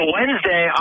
Wednesday